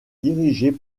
dirigée